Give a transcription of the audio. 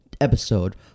episode